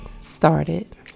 started